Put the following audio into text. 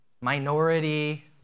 minority